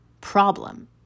problem